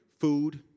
food